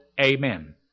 Amen